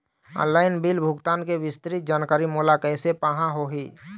Online bill भुगतान के विस्तृत जानकारी मोला कैसे पाहां होही?